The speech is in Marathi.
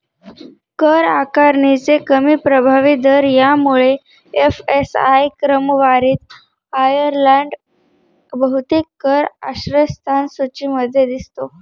कर आकारणीचे कमी प्रभावी दर यामुळे एफ.एस.आय क्रमवारीत आयर्लंड बहुतेक कर आश्रयस्थान सूचीमध्ये दिसतो